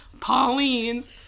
Pauline's